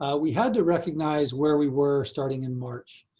ah we had to recognize where we were starting in march.